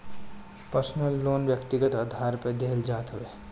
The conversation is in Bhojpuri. पर्सनल लोन व्यक्तिगत आधार पे देहल जात हवे